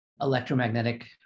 electromagnetic